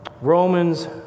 Romans